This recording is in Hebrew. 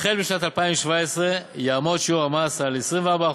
החל משנת 2017 יעמוד שיעור המס על 24%,